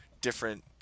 different